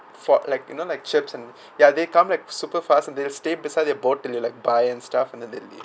for like you know like chips and ya they come like super fast and they'll stay beside your boat and you like buy and stuff and then they'll leave